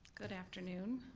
good afternoon,